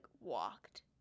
walked